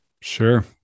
Sure